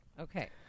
Okay